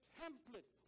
template